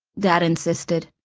dad insisted.